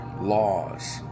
laws